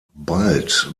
bald